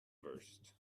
worst